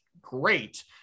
great